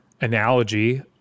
analogy